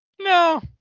No